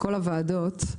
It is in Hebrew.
כל הוועדות.